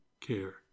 care